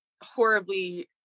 horribly